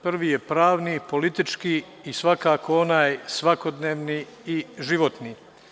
Prvi je pravni, politički i svakako onaj svakodnevni i životni.